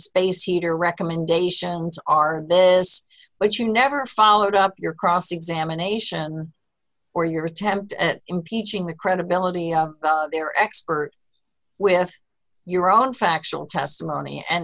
space heater recommendations are this but you never followed up your cross examination or your attempt at impeaching the credibility of their expert with your own factual testimony and